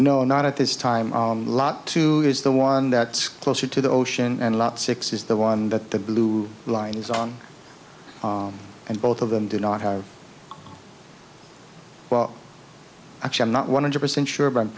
no not at this time lot to is the one that's closer to the ocean and lot six is the one that the blue line is on and both of them do not have well actually i'm not one hundred percent sure but i'm